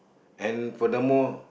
and furthermore